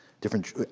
different